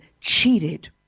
cheated